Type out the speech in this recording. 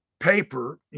paper